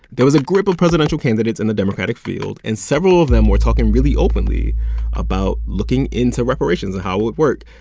there was a group of presidential candidates in the democratic field, and several of them were talking really openly about looking into reparations and how it would work.